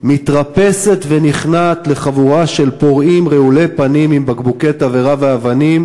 מתרפסת ונכנעת לחבורה של פורעים רעולי פנים עם בקבוקי תבערה ואבנים,